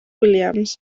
williams